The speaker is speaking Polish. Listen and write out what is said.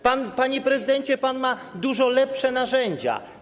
Panie prezydencie, pan ma dużo lepsze narzędzia.